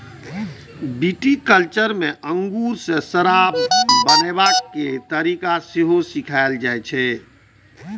viticulture मे अंगूर सं शराब बनाबै के तरीका सेहो सिखाएल जाइ छै